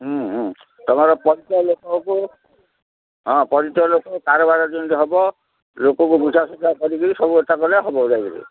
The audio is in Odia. ହଁ ତୁମର ପରିଚୟ ଲୋକଙ୍କୁ ହଁ ପରିଚୟ ଲୋକ କାରବାର ଯେମିତି ହବ ଲୋକଙ୍କୁ ବୁଝାସୁୁଝା କରିକିରି ସବୁ ଏଟା କଲେ ହବ ଯାଇକିରି